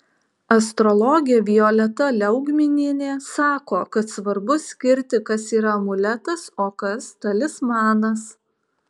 astrologė violeta liaugminienė sako kad svarbu skirti kas yra amuletas o kas talismanas